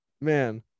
man